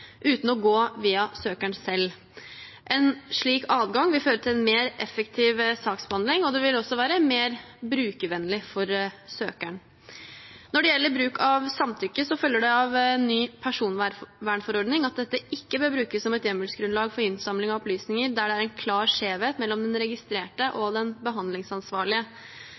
uten å gå via søkeren selv. En slik adgang vil føre til en mer effektiv saksbehandling, og det vil også være mer brukervennlig for søkeren. Når det gjelder bruk av samtykke, følger det av ny personvernforordning at dette ikke bør brukes som et hjemmelsgrunnlag for innsamling av opplysninger der det er en klar skjevhet mellom den registrerte og den behandlingsansvarlige.